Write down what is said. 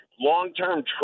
long-term